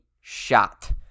shot